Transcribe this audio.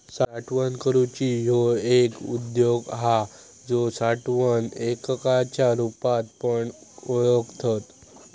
साठवण करूची ह्यो एक उद्योग हा जो साठवण एककाच्या रुपात पण ओळखतत